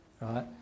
Right